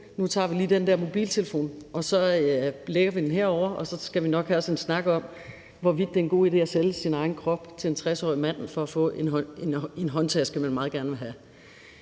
nu tager vi lige den der mobiltelefon, og så lægger vi den herovre, og så skal vi nok have os en snak om, hvorvidt det er en god idé at sælge sin krop til en 60-årig mand for at få en håndtaske, man meget gerne vil have.